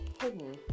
hidden